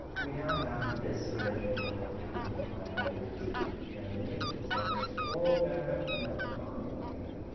we now have this relationship between microliters and liters, and so if i scroll back up to my problem here,